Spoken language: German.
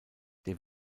der